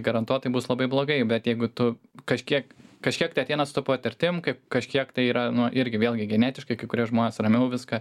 garantuotai bus labai blogai bet jeigu tu kažkiek kažkiek tai ateina su patirtim kaip kažkiek tai yra nu irgi vėlgi genetiškai kai kurie žmonės ramiau į viską